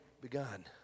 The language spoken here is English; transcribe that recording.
begun